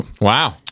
Wow